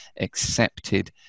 accepted